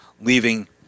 Leaving